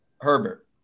Herbert